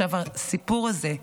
הסיפור הזה,